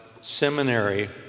seminary